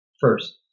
First